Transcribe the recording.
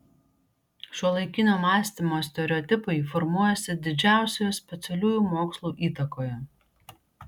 šiuolaikinio mąstymo stereotipai formuojasi didžiausioje specialiųjų mokslų įtakoje